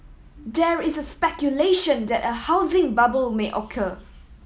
there is speculation that a housing bubble may occur